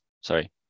sorry